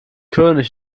könig